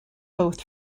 both